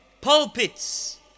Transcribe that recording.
Pulpits